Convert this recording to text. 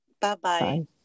Bye-bye